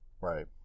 Right